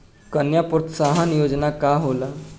कन्या प्रोत्साहन योजना का होला?